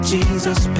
Jesus